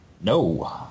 No